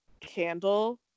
candle